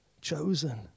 Chosen